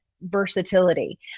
versatility